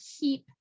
keep